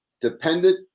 dependent